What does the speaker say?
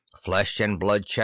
Flesh-and-blood